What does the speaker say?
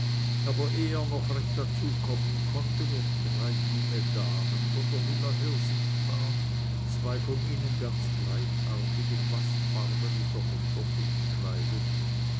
aber ehe er noch recht dazu kommen konnte wurden drei junge damen von der villa her sichtbar zwei von ihnen ganz gleichartig in bastfarbene sommerstoffe gekleidet